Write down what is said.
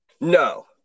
No